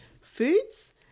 foods